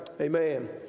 Amen